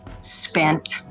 spent